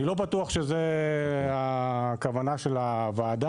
אני לא בטוח שזו הכוונה של הוועדה,